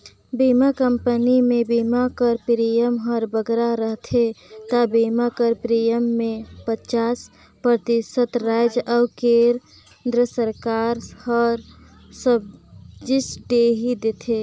बीमा कंपनी में बीमा कर प्रीमियम हर बगरा रहथे ता बीमा कर प्रीमियम में पचास परतिसत राएज अउ केन्द्र सरकार हर सब्सिडी देथे